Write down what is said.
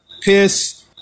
piss